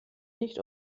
nicht